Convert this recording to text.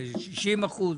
60%?